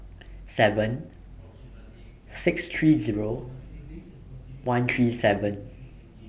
seven six three Zero one three seven